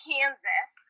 Kansas